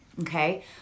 okay